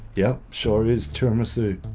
yep. sure is, tiramisu.